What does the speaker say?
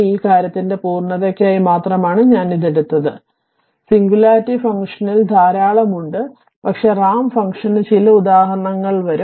ഈ കാര്യത്തിന്റെ പൂർണതയ്ക്കായി മാത്രമാണ് ഞാൻ ഇത് എടുത്തത് r സിംഗുലാരിറ്റി ഫംഗ്ഷനിൽ ധാരാളം ഉണ്ട് പക്ഷേ റാമ്പ് ഫംഗ്ഷന് ചില ഉദാഹരണങ്ങൾ വരും